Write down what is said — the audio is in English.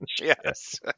yes